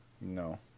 No